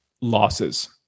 losses